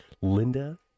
Linda